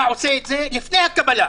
אתה עושה את זה לפני הקבלה,